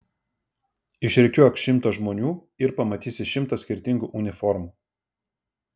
išrikiuok šimtą žmonių ir pamatysi šimtą skirtingų uniformų